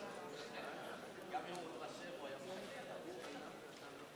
אני רוצה להפתיע אותך.